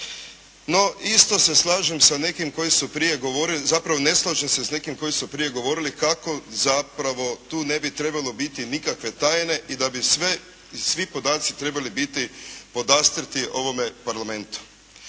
No, isto se slažem sa nekim koji su prije govorili, zapravo ne slažem se sa nekim koji su prije govorili kako zapravo tu ne bi trebalo biti nikakve tajne i da bi svi podaci trebali biti podastrti ovome Parlamentu.